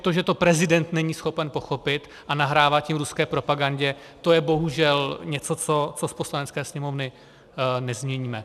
To, že to prezident není schopen pochopit a nahrává tím ruské propagandě, to je bohužel něco, co z Poslanecké sněmovny nezměníme.